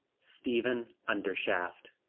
stephen undershaft,